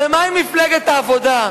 ומה עם מפלגת העבודה?